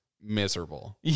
Miserable